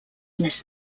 més